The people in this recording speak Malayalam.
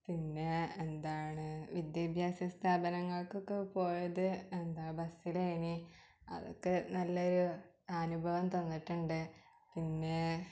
പിന്നേ എന്താണ് വിദ്യാഭ്യാസ സ്ഥാപനങ്ങളിലൊക്കെ പോയത് എന്താണ് ബെസ്സിലായിരുന്നു അതൊക്കെ നല്ലൊരു അനുഭവം തന്നിട്ടുണ്ട് പിന്നേ